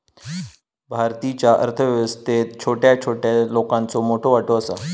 भारतीच्या अर्थ व्यवस्थेत छोट्या छोट्या लोकांचो मोठो वाटो आसा